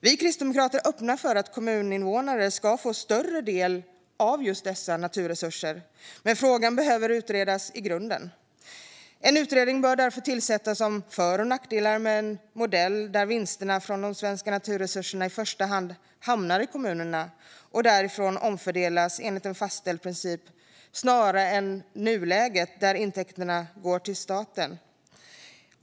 Vi kristdemokrater är öppna för att kommuninvånare ska få större del av just dessa naturresurser, men frågan behöver utredas i grunden. En utredning bör därför tillsättas om för och nackdelar med en modell där vinsterna från de svenska naturresurserna i första hand hamnar i kommunerna och därifrån omfördelas enligt en fastställd princip snarare än som i nuläget, där intäkterna går till staten.